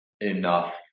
enough